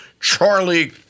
Charlie